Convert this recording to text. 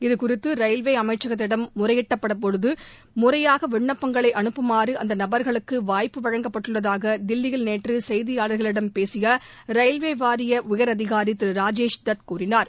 இதுகுறித்து ரயில்வே அமைச்சகத்திடம் முறையிடப்பட்டதையடுத்து முறையாக விண்ணப்பங்களை அனுப்புமாறு அந்த நபர்களுக்கு வாய்ப்பு வழங்கப்பட்டுள்ளதாக தில்லியில் நேற்று செய்தியாளர்களிடம் பேசிய ரயில்வே வாரிய உயரதிகாரி திரு ராஜேஷ் தத் கூறினார்